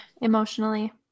emotionally